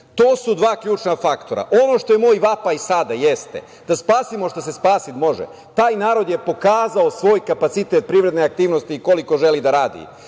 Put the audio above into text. To su dva ključna faktora. Ono što je moj vapaj sada jeste da spasimo šta se spasiti može. Taj narod je pokazao svoj kapacitet privredne aktivnosti i koliko želi da radi,